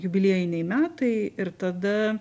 jubiliejiniai metai ir tada